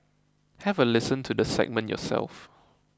have a listen to the segment yourself